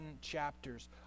chapters